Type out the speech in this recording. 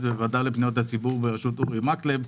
בוועדה לפניות הציבור בראשות אורי מקלב,